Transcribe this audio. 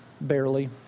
barely—